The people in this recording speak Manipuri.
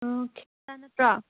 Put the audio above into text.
ꯑꯥ ꯅꯠꯇ꯭ꯔꯥ